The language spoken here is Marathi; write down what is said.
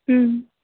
हं